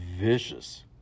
vicious